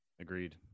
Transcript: Agreed